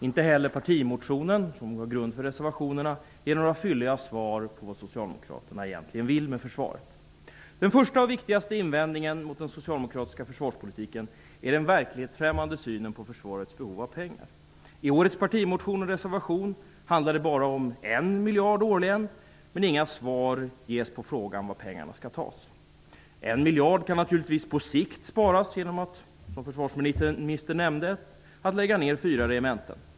Inte heller partimotionen, som utgör grund för reservationerna, ger några fylliga besked om vad Socialdemokraterna egentligen vill med försvaret. Den första och viktigaste invändningen mot den socialdemokratiska försvarspolitiken gäller dess verklighetsfrämmande syn på försvarets behov av pengar. I årets partimotion och reservation handlar det bara om en miljard årligen, men inga svar ges på frågan var pengarna skall tas. En miljard kan naturligtvis på sikt sparas genom att man -- som försvarsministern nämnde -- lägger ner fyra regementen.